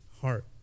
heart